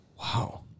Wow